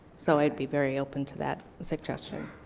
so i'd be very open to that suggestion.